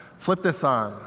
flip this on.